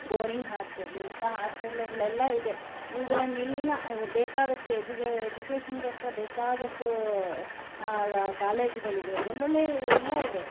boring hospital ಇಂಥ ಹಾಸ್ಪಿಟ್ಲ್ಗಳೆಲ್ಲ ಇದೆ ಇವುಗಳನ್ನೆಲ್ಲ ಬೇಕಾದಷ್ಟು ಎಜು ಎಜುಕೇಶನ್ಗೋಸ್ಕರ ಬೇಕಾದಷ್ಟು ಕಾಲೇಜ್ಗಳಿಗೆ ಒಳ್ಳೊಳ್ಳೆಯ ಎಲ್ಲ ಇದೆ